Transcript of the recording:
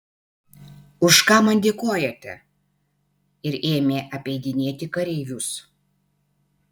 už ką man dėkojate ir ėmė apeidinėti kareivius